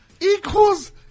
equals